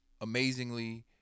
amazingly